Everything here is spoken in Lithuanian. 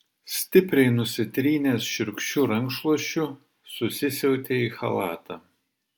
stipriai nusitrynęs šiurkščiu rankšluosčiu susisiautė į chalatą